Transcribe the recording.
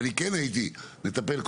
אני כן הייתי מטפל,